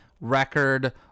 record